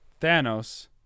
Thanos